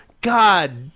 God